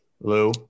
Lou